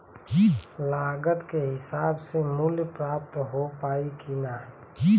लागत के हिसाब से मूल्य प्राप्त हो पायी की ना?